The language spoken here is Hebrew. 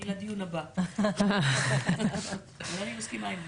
בדיון הבא, אני מסכימה עם ולדי.